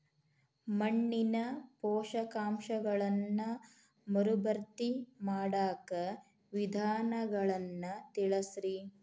ಮಣ್ಣಿನ ಪೋಷಕಾಂಶಗಳನ್ನ ಮರುಭರ್ತಿ ಮಾಡಾಕ ವಿಧಾನಗಳನ್ನ ತಿಳಸ್ರಿ